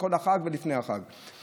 כל החג ולפני החג,